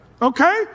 Okay